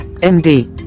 MD